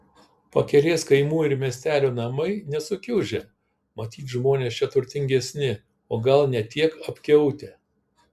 pakelės kaimų ir miestelių namai nesukiužę matyt žmonės čia turtingesni o gal ne tiek apkiautę